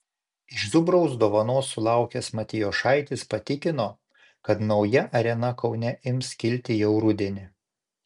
iš zubraus dovanos sulaukęs matijošaitis patikino kad nauja arena kaune ims kilti jau rudenį